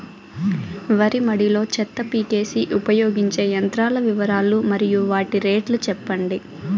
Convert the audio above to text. వరి మడి లో చెత్త పీకేకి ఉపయోగించే యంత్రాల వివరాలు మరియు వాటి రేట్లు చెప్పండి?